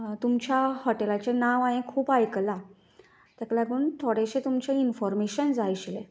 तुमच्या हॉटेलाचें नांव हांवें खूब आयकलां ताका लागून थोडेशें तुमचें इनफोरमेशन जाय आशिल्लें